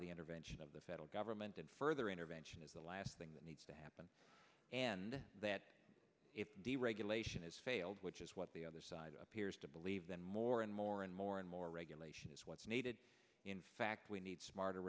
the intervention of the federal government and further intervention is the last thing that needs to happen and that deregulation has failed which is what the other side of appears to believe that more and more and more and more regulation is what's needed in fact we need smarter